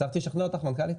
הצלחתי לשכנע אותך, המנכל"ית?